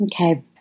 Okay